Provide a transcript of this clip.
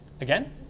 Again